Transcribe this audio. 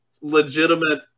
legitimate